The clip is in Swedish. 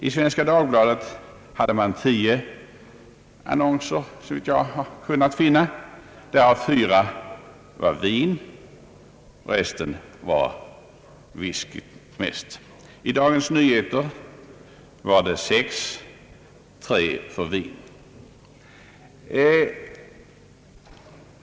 I Svenska Dagbladet räknade jag till tio annonser, varav fyra gällde vin, resten avsåg mest whisky. I Dagens Nyheter var det sex annonser, tre för vin.